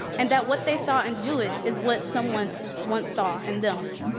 and that what they saw in jewett is what someone once saw in them.